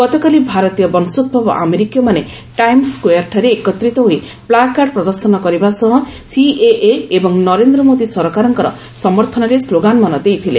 ଗତକାଲି ଭାରତୀୟ ବଂଶୋଭବ ଆମେରିକୀୟମାନେ ଟାଇମ୍ବ ସ୍କୋୟାର୍ଠାରେ ଏକତ୍ରିତ ହୋଇ ପ୍ଲାକାର୍ଡ଼ ପ୍ରଦର୍ଶନ କରିବା ସହ ସିଏଏ ଏବଂ ନରେନ୍ଦ୍ର ମୋଦି ସରକାରଙ୍କ ସମର୍ଥନରେ ସ୍କ୍ଲୋଗାନମାନ ଦେଇଥିଲେ